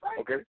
Okay